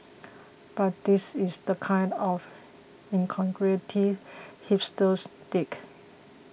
but this is the kind of incongruity hipsters dig